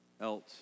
else